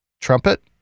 trumpet